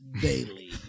daily